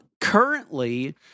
Currently